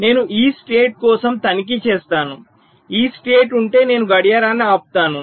నేను ఈ స్టేట్ కోసం తనిఖీ చేస్తాను ఈ స్టేట్ ఉంటే నేను గడియారాన్ని ఆపుతాను